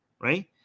right